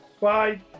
Bye